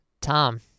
Tom